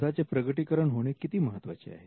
शोधाचे प्रकटीकरण होणे किती महत्त्वाचे आहे